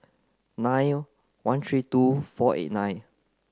nine one three two four eight nine